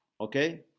okay